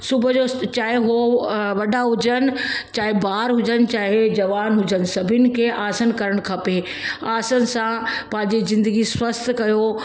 सुबुह जो चाहे हो अ वॾा हुजनि चाहे ॿार हुजनि चाहे जवान हुजनि सभिनि खे आसन करणु खपे आसन सां पंहिंजी ज़िंदगी स्वस्थु कयो